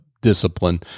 discipline